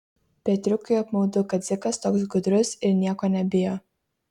petriukui apmaudu kad dzikas toks gudrus ir nieko nebijo